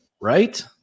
Right